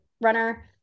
runner